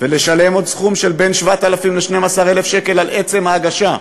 ולשלם עוד סכום של בין 7,000 ל-12,000 שקל על עצם ההגשה.